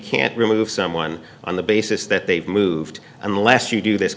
can't remove someone on the basis that they've moved unless you do this